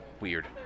weird